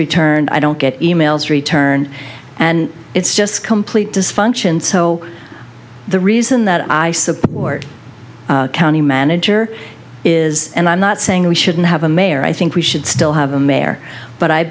returned i don't get e mails returned and it's just complete disfunction so the reason that i support the county manager is and i'm not saying we shouldn't have a mayor i think we should still have a mayor but i